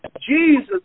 Jesus